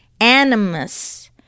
Animus